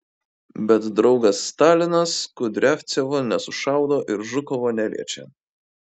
bet draugas stalinas kudriavcevo nesušaudo ir žukovo neliečia